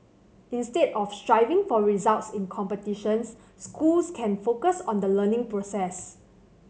instead of striving for results in competitions schools can focus on the learning process